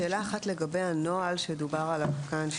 שאלה אחת לגבי הנוהל שדובר עליו כאן,